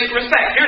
respect